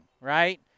right